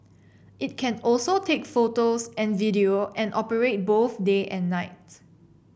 it can also take photos and video and operate both day and night